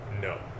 No